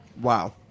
Wow